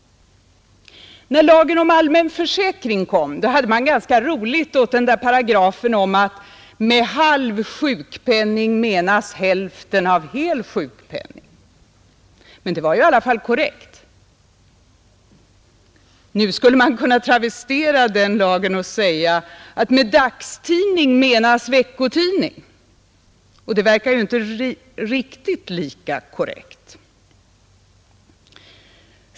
När lagen om allmän försäkring kom hade man ganska roligt åt den där paragrafen om att med halv sjukpenning menas hälften av hel sjukpenning. Men det var ju i alla fall korrekt. Nu skulle man kunna travestera det stadgandet och säga: Med dagstidning menas veckotidning — och det verkar ju inte riktigt lika korrekt.